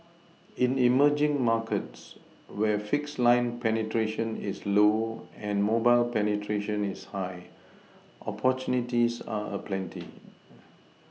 in emerging markets where fixed line penetration is low and mobile penetration is high opportunities are aplenty